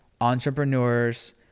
entrepreneurs